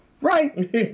Right